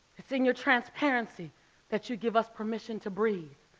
it's in your transparency that you give us permission to breathe.